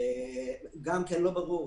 גם כן לא ברור,